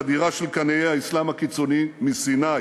חדירה של קנאי האסלאם הקיצוני מסיני.